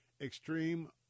extreme